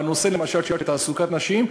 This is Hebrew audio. למשל בנושא של תעסוקת נשים,